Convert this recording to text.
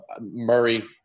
Murray